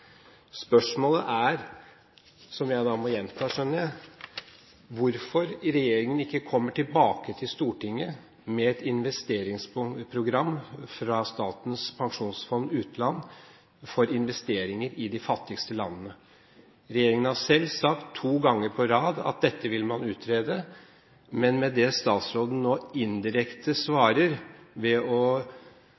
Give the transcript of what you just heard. Spørsmålet er – som jeg må gjenta, skjønner jeg – hvorfor regjeringen ikke kommer tilbake til Stortinget med et investeringsprogram fra Statens pensjonsfond utland for investeringer i de fattigste landene. Regjeringen har selv sagt to ganger på rad at dette vil man utrede. Men det statsråden nå indirekte